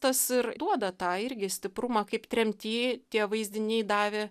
tas ir duoda tą irgi stiprumą kaip tremty tie vaizdiniai davė